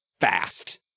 fast